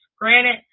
Granted